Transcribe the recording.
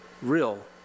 real